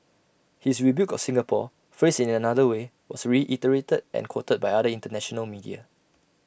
his rebuke of Singapore phrased in another way was reiterated and quoted by other International media